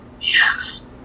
yes